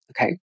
okay